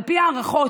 על פי הערכות